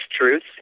truth